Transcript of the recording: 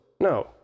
No